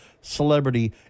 celebrity